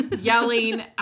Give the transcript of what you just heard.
yelling